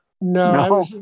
No